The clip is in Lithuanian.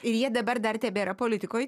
ir jie dabar dar tebėra politikoj